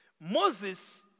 Moses